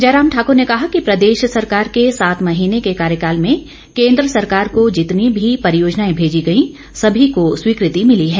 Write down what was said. जयराम ठाकुर ने कहा कि प्रदेश सरकार के सात महीने के कार्यकाल में केंद्र सरकार को जितनी भी परियोजनाएं भेजी गई सभी को स्वीकृति मिली है